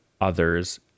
others